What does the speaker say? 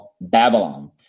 Babylon